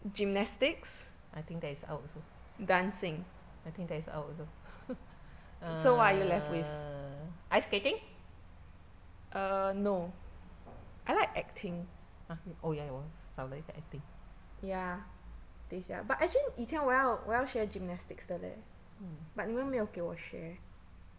I think that is out also I think that is out also err ice skating !huh! oh ya 我少了一个 acting mm